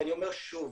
ואני אומר שוב,